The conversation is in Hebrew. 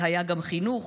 / והיה גם חינוך.